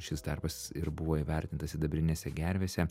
šis darbas ir buvo įvertintas sidabrinėse gervėse